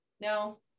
No